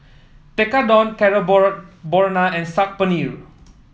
Tekkadon and Saag Paneer